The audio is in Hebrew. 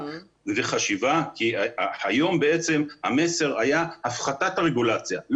כי היום בעצם המסר היה הפחתת הרגולציה.